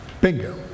Bingo